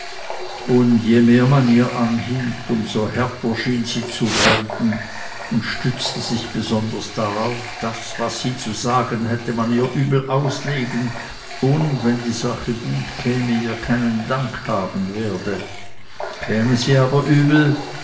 und je mehr man ihr anhielt um so härter schien sie zu werden und stützte sich besonders darauf daß was sie zu sagen hätte man ihr übel auslegen und wenn die sache gut käme ihr keinen dank haben werde käme sie aber übel